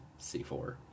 C4